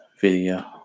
video